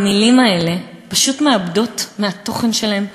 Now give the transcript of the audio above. המילים האלה פשוט מאבדות מהתוכן שלהם,